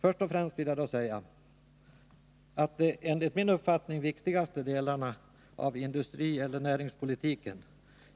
Först och främst vill jag då säga att de enligt min uppfattning viktigaste delarna av industrieller näringspolitiken